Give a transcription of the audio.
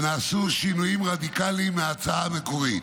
ונעשו שינויים רדיקליים מההצעה המקורית.